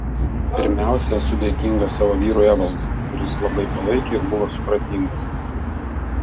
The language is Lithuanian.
pirmiausia esu dėkinga savo vyrui evaldui kuris labai palaikė ir buvo supratingas